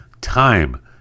time